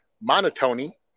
monotony